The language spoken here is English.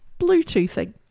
Bluetoothing